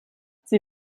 sie